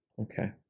Okay